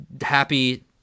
happy